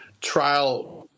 trial